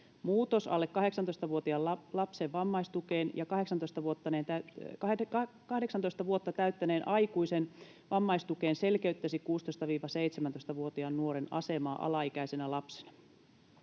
Muutos alle 18-vuotiaan lapsen vammaistukeen ja 18 vuotta täyttäneen aikuisen vammaistukeen selkeyttäisi 16—17-vuotiaan nuoren asemaa alaikäisenä lapsena.